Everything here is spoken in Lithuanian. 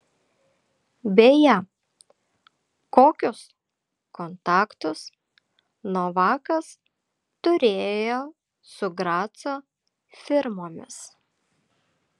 beje kokius kontaktus novakas turėjo su graco firmomis